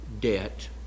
debt